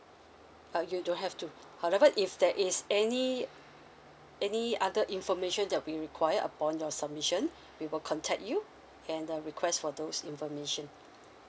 uh you don't have to however if there is any any other information that we require upon your submission we will contact you and uh request for those information